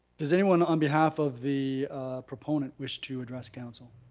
does anyone on behalf of the proponent wish to address council?